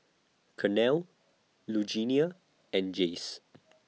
Carnell Lugenia and Jace